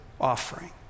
offering